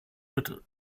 mit